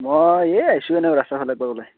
মই এই আহিছোঁ এনেই ৰাষ্টাৰ ফালে এবাৰ ওলাই